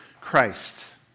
Christ